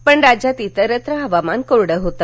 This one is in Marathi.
पण राज्यात इतस्त्र हवामान कोरडं होत